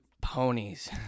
ponies